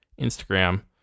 Instagram